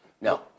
No